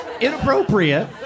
inappropriate